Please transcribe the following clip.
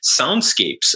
soundscapes